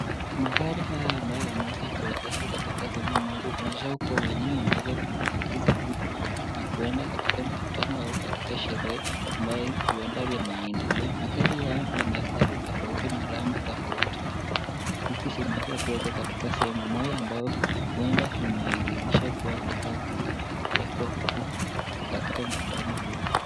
Magari haya ambayo yameweza kuwekezwa katika sehemu moja kuonyesha kuwa wenyewe wameeza kuyeekeza huku na kuenda katika mkutano wao au katika sherehe, ambayo huende linaendelea magari haya ni ya rangi tofauti, huku zimeeza kuwekwa kwenye sehemu moja ambayo huweza imeidhirishwa inaweza kuwekwa huku katika mkutano huo.